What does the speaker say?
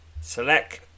Select